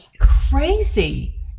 crazy